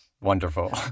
Wonderful